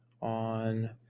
on